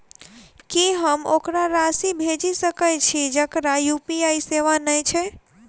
की हम ओकरा राशि भेजि सकै छी जकरा यु.पी.आई सेवा नै छै?